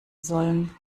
sollen